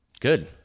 Good